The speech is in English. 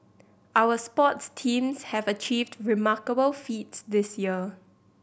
our sports teams have achieved remarkable feats this year